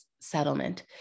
settlement